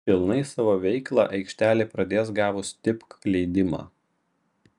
pilnai savo veiklą aikštelė pradės gavus tipk leidimą